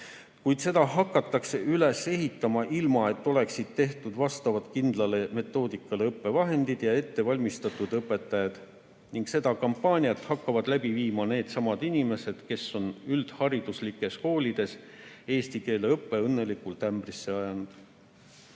Kuid seda hakatakse üles ehitama, ilma et oleks tehtud vastavad kindlal metoodikal põhinevad õppevahendid ja ette valmistatud õpetajad, ning seda kampaaniat hakkavad läbi viima needsamad inimesed, kes on üldhariduslikes koolides eesti keele õppe õnnelikult ämbrisse ajanud.